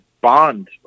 bond